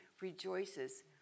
rejoices